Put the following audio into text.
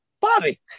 bobby